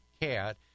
cat